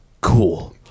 Cool